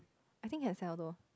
I think can sell though